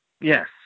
Yes